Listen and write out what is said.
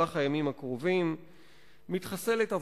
שונות, אז ועדת הכנסת תקבע.